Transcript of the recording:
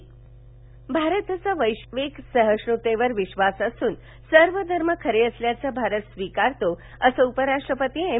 उपराष्टपती भारताचा वैश्विक सहिश्वतेवर विधास असून सर्व धर्म खरे असल्याचं भारत स्वीकारतो असं उपराष्ट्रपती एम